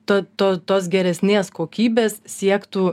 to to tos geresnės kokybės siektų